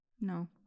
No